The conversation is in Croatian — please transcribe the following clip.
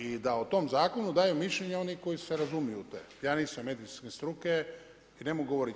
I da o tom zakonu daju mišljenja oni koji se razumiju te, ja nisam medicinske struke, i ne mogu govoriti.